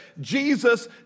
Jesus